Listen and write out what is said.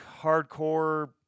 hardcore